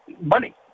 money